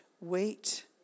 wait